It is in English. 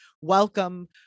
welcome